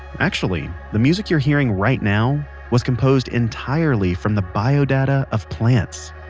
actually, the music you're hearing right now was composed entirely from the biodata of plants